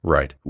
Right